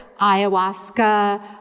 ayahuasca